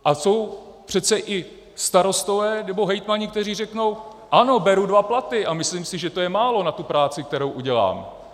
A jsou přece i starostové nebo hejtmani, kteří řeknou: Ano, beru dva platy, a myslím si, že je to málo na tu práci, kterou udělám.